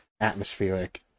atmospheric